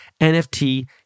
NFT